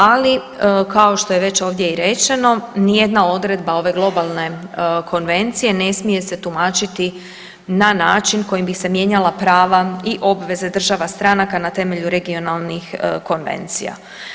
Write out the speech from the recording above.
Ali kao što je već ovdje i rečeno, nijedna odredba ove globalne konvencije ne smije se tumačiti na način kojim bi se mijenjala prava i obveze država stranaka na temelju regionalnih konvencija.